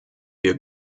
wir